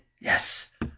Yes